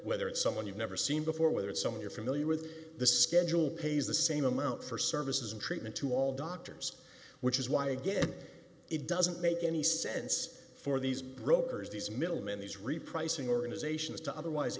whether it's someone you've never seen before whether it's someone you're familiar with the schedule pays the same amount for services and treatment to all doctors which is why again it doesn't make any sense for these brokers these middlemen these repricing organizations to otherwise